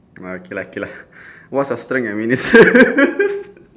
oh okay lah okay lah what's your strength and weaknesses